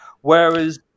Whereas